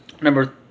Number